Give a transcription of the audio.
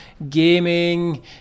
gaming